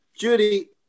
Judy